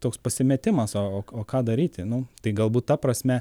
toks pasimetimas o o ką daryti nu tai galbūt ta prasme